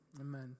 amen